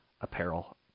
apparel